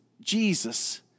Jesus